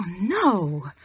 no